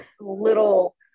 little